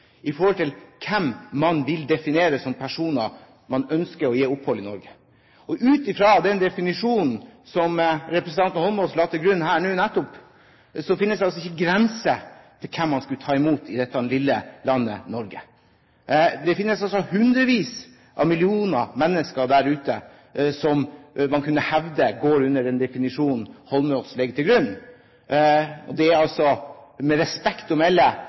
vil definere som personer man ønsker å gi opphold i Norge. Ut fra den definisjonen som representanten Holmås la til grunn nå nettopp, finnes det altså ikke grenser for hvem man skulle ta imot i dette lille landet Norge. Det finnes mange hundre millioner mennesker der ute som man kunne hevde går under den definisjonen som Holmås legger til grunn. Men det er altså med respekt å melde